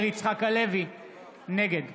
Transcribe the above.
נגד